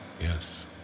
Yes